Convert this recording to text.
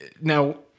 Now